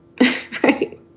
right